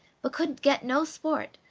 but could get no sport,